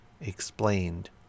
explained